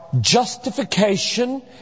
Justification